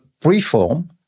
preform